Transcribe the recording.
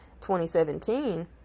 2017